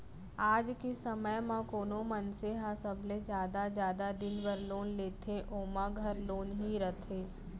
आज के समे म कोनो मनसे ह सबले जादा जादा दिन बर लोन लेथे ओमा घर लोन ही रथे